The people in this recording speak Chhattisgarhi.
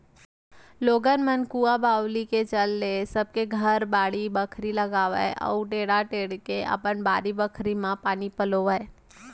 लोगन मन कुंआ बावली के चल ले सब के घर बाड़ी बखरी लगावय अउ टेड़ा टेंड़ के अपन बारी बखरी म पानी पलोवय